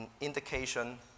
indication